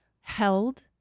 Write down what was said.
held